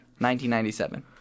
1997